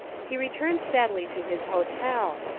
he returns sadly to his hotel,